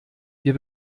wir